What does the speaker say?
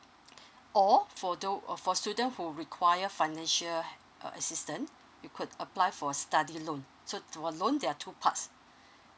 or for tho~ or for student who require financial uh assistance you could apply for study loan so the loan there are two parts